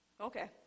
Okay